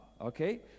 okay